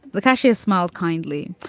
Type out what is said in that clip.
the cashier smiled kindly.